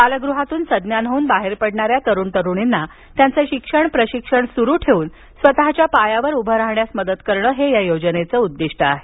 बालगृहातून सज्ञान होऊन बाहेर पडणाऱ्या तरूण तरूणींना त्यांचं शिक्षण आणि प्रशिक्षण पुढे सुरू ठेवून त्यांच्या पायावर उभे राहाण्यास मदत करणे हे योजनेचे उद्दीष्ट आहे